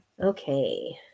Okay